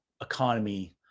economy